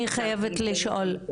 אני חייבת לשאול,